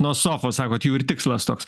nuo sofos sakot jų ir tikslas toks